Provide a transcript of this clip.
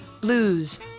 blues